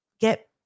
get